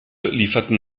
lieferten